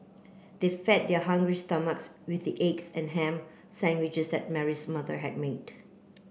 they fed their hungry stomachs with the eggs and ham sandwiches that Mary's mother had made